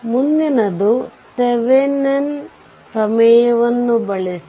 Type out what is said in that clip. ಮುಂದಿನದು ಥೆವೆನಿನ್ ಪ್ರಮೇಯವನ್ನು ಬಳಸಿ